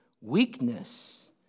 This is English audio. weakness